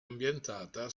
ambientata